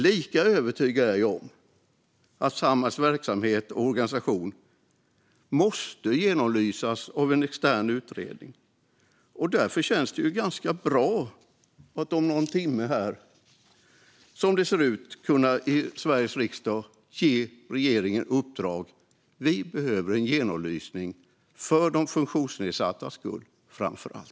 Lika övertygad är jag om att Samhalls verksamhet och organisation måste genomlysas av en extern utredning. Därför känns det ganska bra att riksdagen om någon timme kommer att kunna ge regeringen detta i uppdrag. Vi behöver en genomlysning, framför allt för de funktionsnedsattas skull.